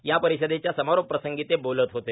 या परिषदेच्या समारोप प्रसंगी ते बोलत होते